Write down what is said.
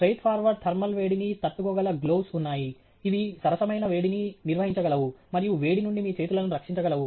straight forward thermal వేడిని తట్టుకోగల gloves ఉన్నాయి ఇవి సరసమైన వేడిని నిర్వహించగలవు మరియు వేడి నుండి మీ చేతులను రక్షించగలవు